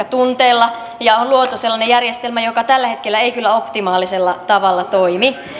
tunteella ja on luotu sellainen järjestelmä joka tällä hetkellä ei kyllä optimaalisella tavalla toimi